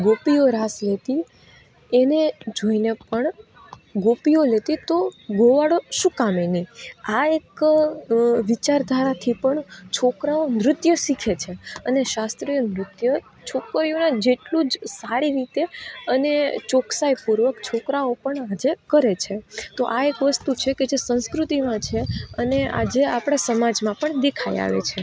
ગોપીઓ રાસ લેતી એને જોઈને પણ ગોપીઓ લેતી તો ગોવાળો શું કામે નહીં આ એક વિચારધારાથી પણ છોકરાઓ નૃત્ય શીખે છે અને શાસ્ત્રીય નૃત્ય છોકરીઓની જેટલું જ સારી રીતે અને ચોકસાઈપૂર્વક છોકરાઓ પણ આજે કરે છે તો આ એક વસ્તુ છે કે સંસ્કૃતિમાં છે અને આજે આપણે સમાજમાં પણ દેખાઈ આવે છે